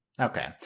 Okay